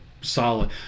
solid